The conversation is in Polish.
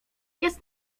jest